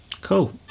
cool